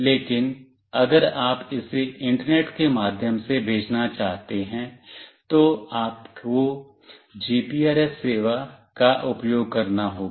लेकिन अगर आप इसे इंटरनेट के माध्यम से भेजना चाहते हैं तो आपको जीपीआरएस सेवा का उपयोग करना होगा